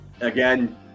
Again